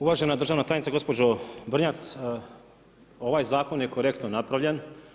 Uvažena državna tajnice gospođo Brnjac, ovaj zakon je korektno napravljen.